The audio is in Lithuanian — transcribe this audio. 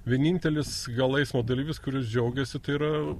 vienintelis gal eismo dalyvis kuris džiaugiasi tai yra